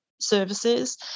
services